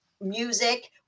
music